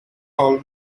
all